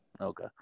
okay